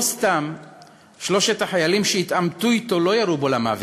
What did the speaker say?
לא סתם שלושת החיילים שהתעמתו אתו לא ירו בו למוות.